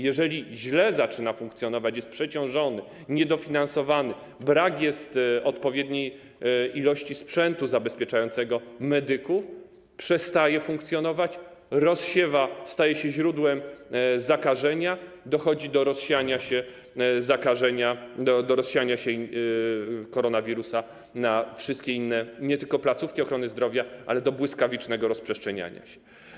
Jeżeli źle zaczyna funkcjonować, jest przeciążony, niedofinansowany, brak jest odpowiedniej ilości sprzętu zabezpieczającego medyków, przestaje funkcjonować, rozsiewa, staje się źródłem zakażenia, dochodzi do rozsiania się koronawirusa nie tylko na wszystkie inne placówki ochrony zdrowia, ale do jego błyskawicznego rozprzestrzeniania się.